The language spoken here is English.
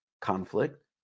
conflict